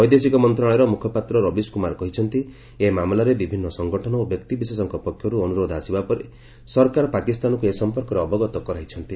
ବୈଦେଶିକ ମନ୍ତ୍ରଣାଳର ମୁଖପାତ୍ର ରବିଶ କୁମାର କହିଛନ୍ତି ଏହି ମାମଲାରେ ବିଭିନ୍ନ ସଂଗଠନ ଓ ବ୍ୟକ୍ତିବିଶେଷଙ୍କ ପକ୍ଷରୁ ଅନୁରୋଧ ଆସିବା ପରେ ସରକାର ପାକିସ୍ତାନକୁ ଏ ସମ୍ପର୍କରେ ଅବଗତ କରାଇଛନ୍ତି